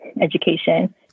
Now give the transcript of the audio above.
education